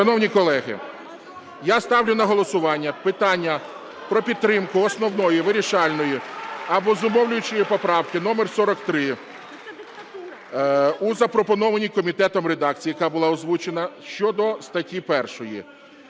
Шановні колеги, я ставлю на голосування питання про підтримку основної вирішальної або зумовлюючої поправки номер 43 у запропонованій комітетом редакції, яка була озвучена, щодо статті 1.